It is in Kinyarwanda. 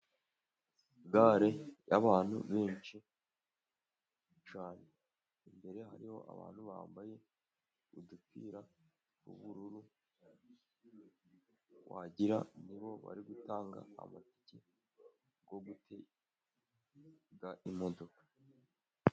Gare y'abantu benshi cyane, imbere hariho abantu bambaye udupira tw'ubururu, wagira ngo ni bo bari gutanga amatike yo gutega imodoka.